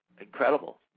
incredible